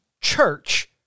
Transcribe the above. church